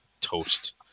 toast